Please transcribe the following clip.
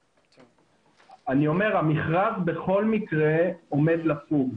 אני אומר שהמכרז בכל מקרה עומד לפוג.